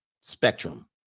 Spectrum